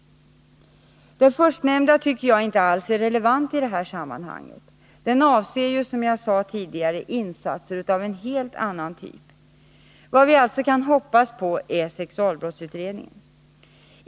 Den förstnämnda tycker jag inte alls är relevant i det här sammanhanget — den avser ju, som jag sade tidigare, insatser av en helt annan typ. Vad vi alltså kan hoppas på är sexualbrottsutredningen.